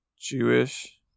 Jewish